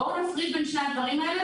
בואו נפריד בין שני הדברים האלה,